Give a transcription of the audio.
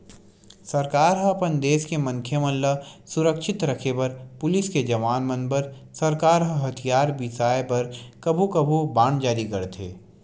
सरकार ह अपन देस के मनखे मन ल सुरक्छित रखे बर पुलिस के जवान मन बर सरकार ह हथियार बिसाय बर कभू कभू बांड जारी करथे